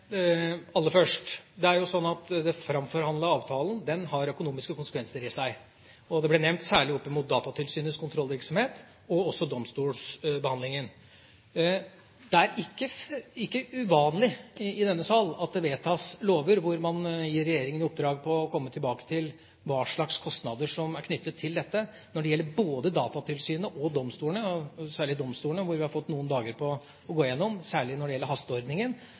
Aller først: Det er jo sånn at den framforhandlede avtalen har konsekvenser i seg, og det ble nevnt særlig opp mot Datatilsynets kontrollvirksomhet og også domstolsbehandlingen. Det er ikke uvanlig i denne sal at det vedtas lover hvor man gir regjeringa i oppdrag å komme tilbake til hva slags kostnader som er knyttet til dette. Når det gjelder både Datatilsynet og domstolene – særlig domstolene hvor vi har fått noen dager på å gå gjennom, særlig når det gjelder hasteordningen